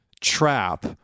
trap